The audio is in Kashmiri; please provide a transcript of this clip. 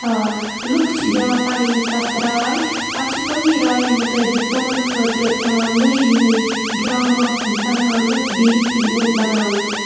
آ لُکھ چھِ دِوان پَنٕنۍ تَتھ راے پَتہٕ چھِ تٕمنٕے رایَن مُطٲبِق تِمَن یِوان نٔے نٔے ڈرٛاما بَناونہٕ بیٚیہِ فِلمہٕ بَناونہٕ